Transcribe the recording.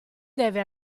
deve